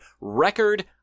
Record